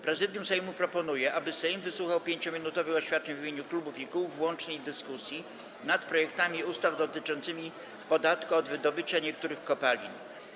Prezydium Sejmu proponuje, aby Sejm wysłuchał 5-minutowych oświadczeń w imieniu klubów i kół w łącznej dyskusji nad projektami ustaw dotyczącymi podatku od wydobycia niektórych kopalin.